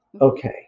Okay